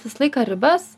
visą laiką ribas